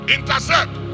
Intercept